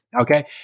Okay